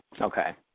okay